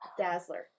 Dazzler